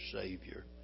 Savior